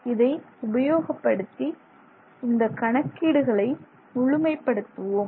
இதை உபயோகப்படுத்தி இந்த கணக்கீடுகளை முழுமைப்படுத்துவோம்